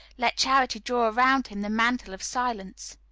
let charity draw around him the mantle of silence.